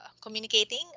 communicating